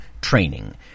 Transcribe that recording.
training